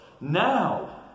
now